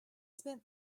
spent